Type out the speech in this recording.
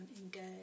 engage